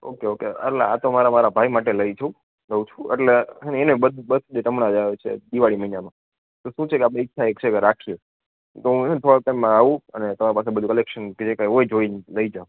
okay okay એટલે આતો મારા મારા ભાઈ માટે લઈ છું લઉં છું એટલે એને બર્થડે હમણાં જ આવે છે દિવાળી મહિનામાં તો શું છે એક ઈચ્છા કે એક રાખીએ એટલે શું છે એટલે હું થોડાક ટાઈમમાં આવું અને તમારી પાસે બધુ કલેક્શન બધું જે કાંઈ હોય જોઈને લઇ જાઉં